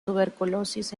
tuberculosis